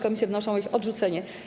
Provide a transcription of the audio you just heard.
Komisje wnoszą o ich odrzucenie.